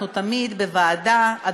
אנחנו בוועדה תמיד,